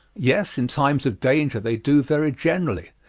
yes in times of danger they do very generally,